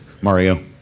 Mario